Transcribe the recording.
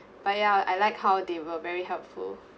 but ya I like how they were very helpful